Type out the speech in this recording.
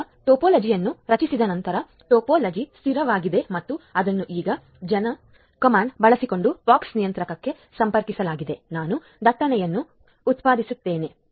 ಈಗ ಟೋಪೋಲಜಿಯನ್ನು ರಚಿಸಿದ ನಂತರ ಟೋಪೋಲಜಿ ಸ್ಥಿರವಾಗಿದೆ ಮತ್ತು ಅದನ್ನು ಈಗ ಜನ್ ಆಜ್ಞೆಯನ್ನು ಬಳಸಿಕೊಂಡು POX ನಿಯಂತ್ರಕಕ್ಕೆ ಸಂಪರ್ಕಿಸಲಾಗಿದೆ ನಾನು ದಟ್ಟಣೆಯನ್ನು ಉತ್ಪಾದಿಸುತ್ತೇನೆ